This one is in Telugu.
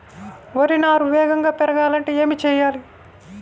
వరి నారు వేగంగా పెరగాలంటే ఏమి చెయ్యాలి?